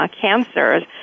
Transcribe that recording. cancers